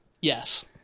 Yes